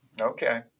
Okay